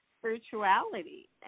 spirituality